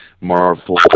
Marvel